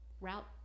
Route